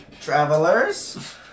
travelers